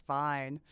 fine